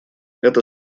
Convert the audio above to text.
это